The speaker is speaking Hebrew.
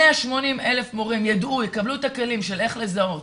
180,000 מורים ידעו, יקבלו את הכלים של איך לזהות